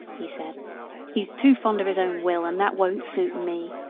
he said he's too fond of his own will, and that won't suit me.